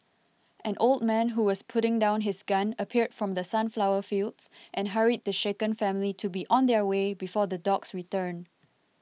an old man who was putting down his gun appeared from the sunflower fields and hurried the shaken family to be on their way before the dogs return